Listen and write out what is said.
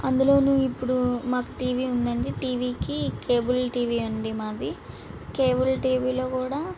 అందులోనూ ఇప్పుడు మాకు టీవీ ఉందండి టీవీకి కేబుల్ టీవీ అండి మాది కేబుల్ టీవీలో కూడా